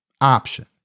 option